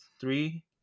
three